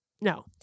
no